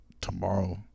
tomorrow